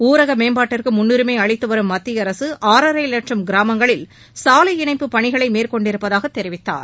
ஊரக மேம்பாட்டுக்கு முன்னுரிமை அளித்து வரும் மத்திய அரசு ஆறரை வட்சம் கிராமங்களில் சாலை இணைப்புப் பணிகளை மேற்கொண்டிருப்பதாகத் தெரிவித்தார்